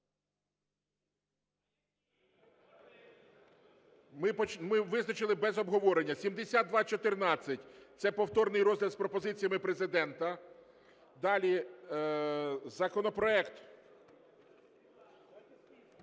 Ми ви значили без обговорення 7214, це повторний розгляд з пропозиціями Президента. Далі законопроект…